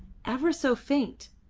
ever so faint.